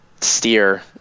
steer